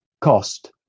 cost